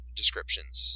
descriptions